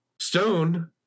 Stone